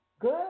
Good